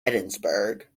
edinburgh